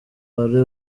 wari